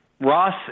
Ross